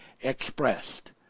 expressed